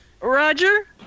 Roger